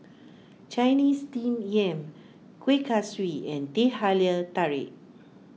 Chinese Steamed Yam Kueh Kaswi and Teh Halia Tarik